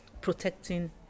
protecting